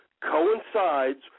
coincides